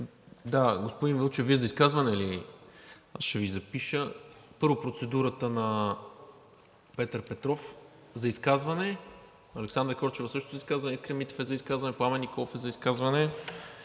Да, господин Вълчев, Вие за изказване ли? Ще Ви запиша. Първо, процедурата на Петър Петров – за изказване. Александра Корчева също е за изказване, Искрен Митев е за изказване, Пламен Николов е за изказване.